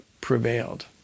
prevailed